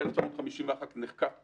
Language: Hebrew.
ב-1951 נחקק חוק,